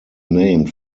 named